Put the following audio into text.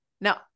now